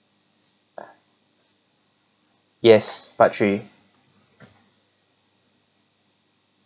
yes part three